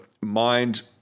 mind